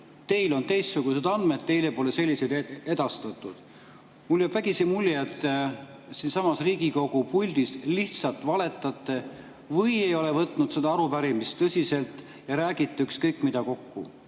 teil on teistsugused andmed, teile pole selliseid edastatud. Mulle jääb vägisi mulje, et siinsamas Riigikogu puldis te lihtsalt valetate või ei ole võtnud seda arupärimist tõsiselt ja räägite ükskõik mida kokku.